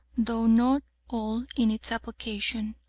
though not all in its application.